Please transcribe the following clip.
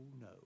no